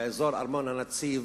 באזור ארמון-הנציב,